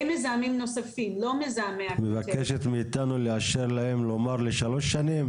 את מבקשת מאתנו לאשר להם לומר לשלוש שנים?